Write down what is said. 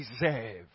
deserve